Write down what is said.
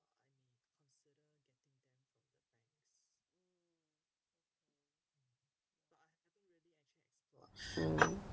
mm